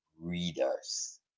readers